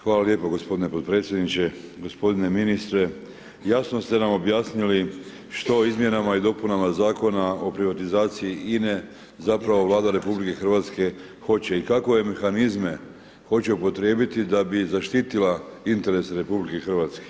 Hvala lijepo gospodine podpredsjedniče, gospodine ministre jasno ste nam objasnili što izmjenama i dopunama Zakona o privatizaciji INE zapravo Vlada RH hoće i kakove mehanizme hoće upotrijebiti da bi zaštitila interese RH.